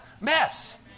mess